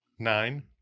Nine